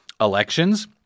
elections